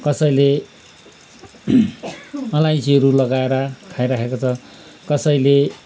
कसैले अलैँचीहरू लगाएर खाइरहेको छ कसैले